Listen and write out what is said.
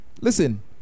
listen